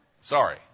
Sorry